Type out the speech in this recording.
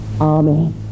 amen